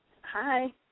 Hi